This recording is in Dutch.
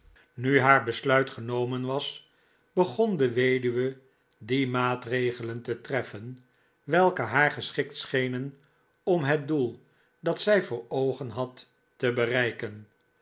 nu haar besluit genomen was begon de weduwe die maatregelen te treffen welke haar geschikt schenen om het doel dat zij voor oogen had te bereiken